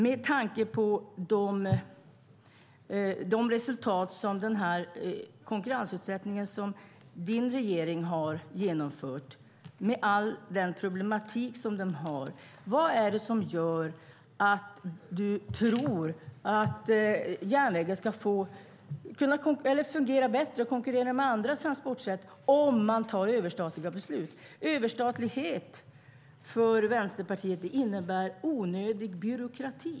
Med tanke på de resultat som konkurrensutsättningen som din regering har genomfört med all den problematik som den innebär, vad är det som gör att du tror att järnvägen ska kunna fungera bättre och konkurrera med andra transportsätt om man fattar överstatliga beslut? Överstatlighet innebär enligt Vänsterpartiet onödig byråkrati.